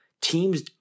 teams